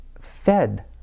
fed